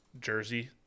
jersey